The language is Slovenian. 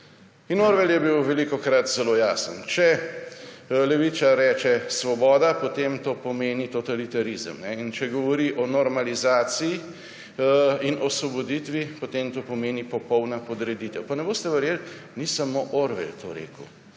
Orwell je bil velikokrat zelo jasen. Če levičar reče svoboda, potem to pomeni totalitarizem. In če govori o normalizaciji in osvoboditvi, potem to pomeni popolnoma podreditev. Ne boste verjeli, ni samo Orwell to rekel.